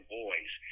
boys